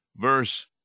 Verse